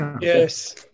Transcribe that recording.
Yes